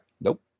nope